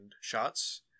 shots